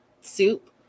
soup